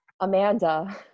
Amanda